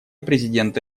президента